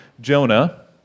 Jonah